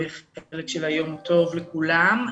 לכולם.